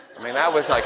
i mean that was like,